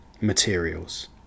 Materials